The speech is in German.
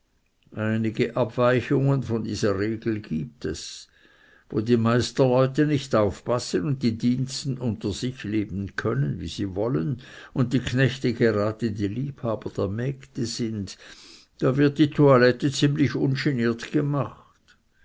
einige abweichungen von dieser regel gibt es wo die meisterleute nicht aufpassen und die diensten unter sich leben können wie sie wollen und die knechte gerade die liebhaber der mägde sind da wird die toilette ziemlich ungeniert gemacht